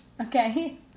Okay